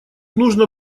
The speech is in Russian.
нужно